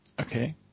Okay